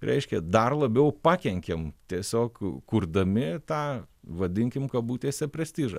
reiškia dar labiau pakenkiam tiesiog kurdami tą vadinkim kabutėse prestižą